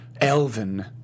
Elvin